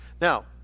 Now